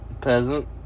peasant